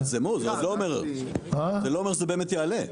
זה לא אומר שזה באמת יעלה.